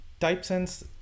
TypeSense